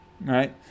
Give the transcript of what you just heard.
right